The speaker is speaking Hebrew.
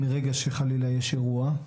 מרגע שחלילה יש אירוע.